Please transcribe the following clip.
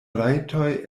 rajtoj